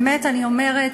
באמת, אני אומרת,